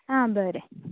हां बरें